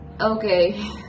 okay